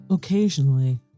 Occasionally